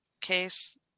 case